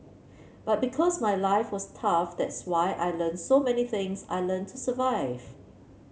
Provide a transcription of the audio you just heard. but because my life was tough that's why I learnt so many things I learnt to survive